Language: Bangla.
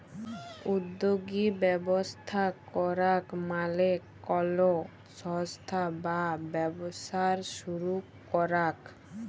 উদ্যগী ব্যবস্থা করাক মালে কলো সংস্থা বা ব্যবসা শুরু করাক